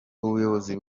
ubuyobozi